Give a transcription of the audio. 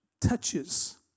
touches